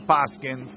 Paskin